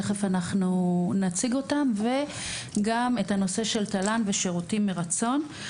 תכף אנחנו נציג אותם וגם את הנושא של תל"ן ושירותים מרצון.